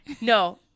No